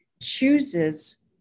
chooses